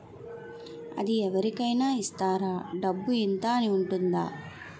అది అవరి కేనా ఇస్తారా? డబ్బు ఇంత అని ఉంటుందా?